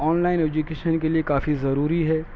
on line education کے لیے کافی ضروری ہے